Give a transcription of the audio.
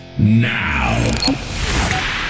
now